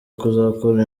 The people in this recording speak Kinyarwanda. kuzakora